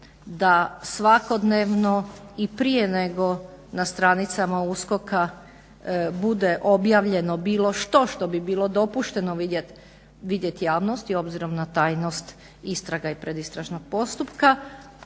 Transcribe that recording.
da svakodnevno i prije nego na stranicama USKOK-a bude objavljeno bilo što, što bi bilo dopušteno vidjet javnosti obzirom na tajnost istraga i pred istražnog postupka